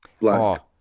black